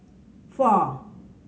four